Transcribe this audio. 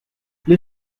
les